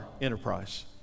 enterprise